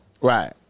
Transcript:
Right